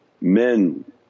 men